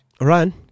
Ryan